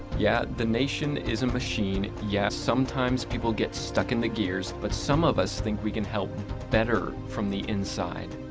yeah, the nation is a machine. yeah, sometimes, people get stuck in the gears, but some of us think we can help better from the inside.